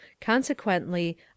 consequently